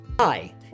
Hi